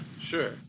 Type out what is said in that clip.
sure